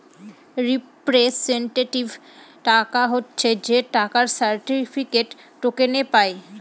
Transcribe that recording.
representative টাকা হচ্ছে যে টাকার সার্টিফিকেটে, টোকেন পায়